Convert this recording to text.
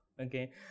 okay